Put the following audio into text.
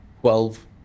Twelve